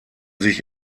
sich